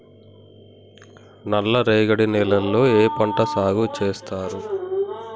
నల్లరేగడి నేలల్లో ఏ పంట సాగు చేస్తారు?